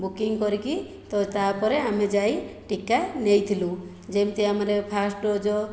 booking କରିକି ତ ତା'ପରେ ଆମେ ଯାଇ ଟିକା ନେଇଥିଲୁ ଯେମିତି ଆମର ଫାର୍ଷ୍ଟ ଡୋଜ୍